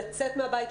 לצאת מהבית,